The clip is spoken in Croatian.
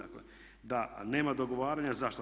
A nema dogovaranja zašto?